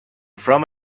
from